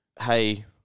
Hey